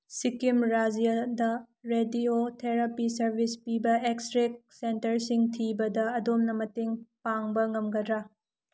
ꯁꯤꯛꯀꯤꯝ ꯔꯥꯖ꯭ꯌꯥꯗ radio therapy service ꯄꯤꯕ x-ray ꯁꯦꯟꯇꯔꯁꯤꯡ ꯊꯤꯕꯗ ꯑꯗꯣꯝꯅ ꯃꯇꯦꯡ ꯄꯥꯡꯕ ꯉꯝꯒꯗ꯭ꯔꯥ